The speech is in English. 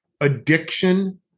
addiction